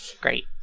Great